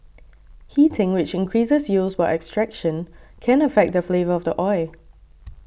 heating which increases yields while extraction can affect the flavour of the oil